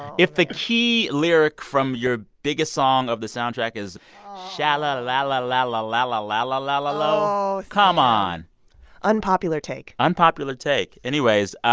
if the key lyric from your biggest song of the soundtrack is sha la la la la la la la la la la la la. oh, sam. come on unpopular take unpopular take. anyways,